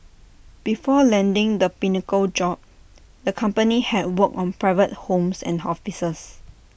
before landing the pinnacle job the company had worked on private homes and offices